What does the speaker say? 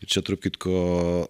ir čia tarp kitko